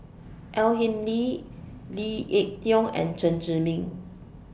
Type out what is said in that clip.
Au Hing Yee Lee Ek Tieng and Chen Zhiming